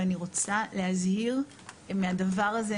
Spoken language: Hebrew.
ואני רוצה להזהיר מהדבר הזה.